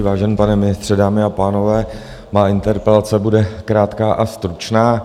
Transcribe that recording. Vážený pane ministře, dámy a pánové, má interpelace bude krátká a stručná.